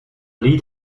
lead